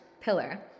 pillar